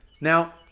Now